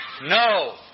No